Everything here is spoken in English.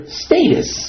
status